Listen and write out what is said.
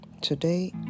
Today